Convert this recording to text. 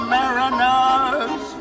Mariners